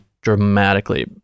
dramatically